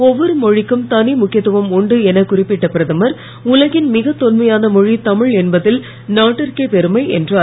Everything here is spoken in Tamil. ஒவ்வொரு மொழிக்கும் தனி முக்கியத்துவம் உண்டு என குறிப்பிட்ட பிரதமர் உலகின் மிக தொன்மையான மொழி தமிழ் என்பதில் நாட்டிற்கே பெருமை என்றார்